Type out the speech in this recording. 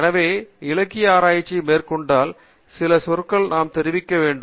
எனவே இலக்கிய ஆராய்ச்சியை மேற்கொண்டால் சில சொற்களை நாம் தெரிந்திருக்க வேண்டும்